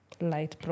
Light